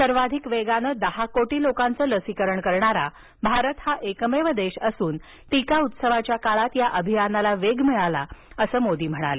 सर्वाधिक वेगानं दहा कोटी लोकांचं लसीकरण करणारा भारत हा एकमेव देश असून टीका उत्सवाच्या काळात या अभियानाला वेग मिळाला असं मोदी म्हणाले